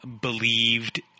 believed